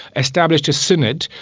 established a synod,